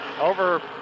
Over